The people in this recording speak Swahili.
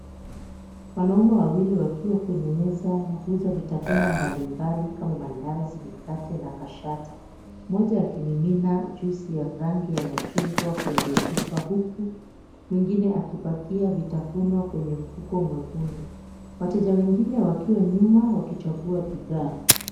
Wanaume wawili wakiwa kwenye meza ya kuuza vitafunwa mbalimbali kama mandazi, mikate na kashata. Mmoja akimimina juisi ya rangi ya machungwa kwenye chupa, huku mwingine akipakia vitafunwa kwenye mfuko mwekundu. Wateja wengine wakiwa nyuma wakichagua bidhaa.